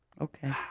Okay